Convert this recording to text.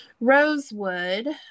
Rosewood